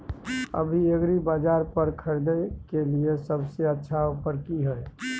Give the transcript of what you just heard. अभी एग्रीबाजार पर खरीदय के लिये सबसे अच्छा ऑफर की हय?